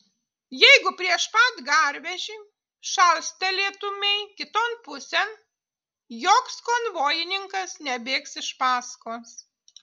jeigu prieš pat garvežį šastelėtumei kiton pusėn joks konvojininkas nebėgs iš paskos